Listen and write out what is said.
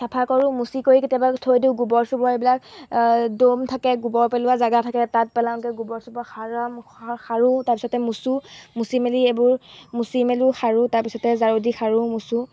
চাফা কৰোঁ মুচি কৰি কেতিয়াবা থৈ দিওঁ গোবৰ চোবৰ এইবিলাক দ'ম থাকে গোবৰ পেলোৱা জেগা থাকে তাত পেলাওগৈ গোবৰ চোবৰ সৰা সাৰোঁ তাৰপিছতে মোচোঁ মুচি মেলি এইবোৰ মুচি মেলোঁ সাৰোঁ তাৰপিছতে ঝাৰুদি সাৰোঁ মোচোঁ